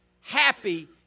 happy